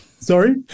Sorry